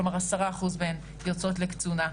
כלומר 10 אחוזים מהן יוצאות לקצונה.